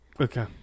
Okay